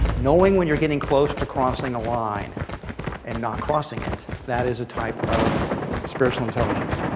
knowing when you're getting close to crossing a line and not crossing it, that is a type of spiritual intelligence.